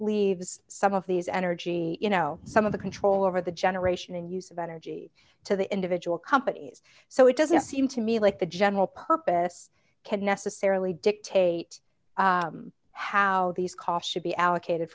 leaves some of these energy you know some of the control over the generation and use of energy to the individual companies so it doesn't seem to me like the general purpose can necessarily dictate how these costs should be allocated